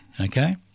Okay